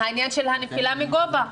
העניין של הנפילה מגובה.